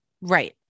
Right